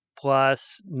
plus